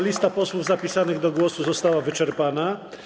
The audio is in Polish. Lista posłów zapisanych do głosu została wyczerpana.